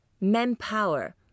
Manpower